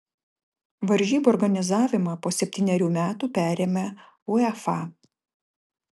varžybų organizavimą po septynerių metų perėmė uefa